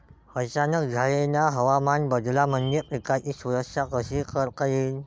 अचानक झालेल्या हवामान बदलामंदी पिकाची सुरक्षा कशी करता येईन?